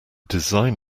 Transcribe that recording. design